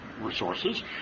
resources